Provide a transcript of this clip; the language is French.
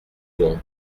donc